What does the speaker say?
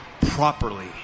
properly